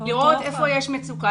לראות איפה יש מצוקה,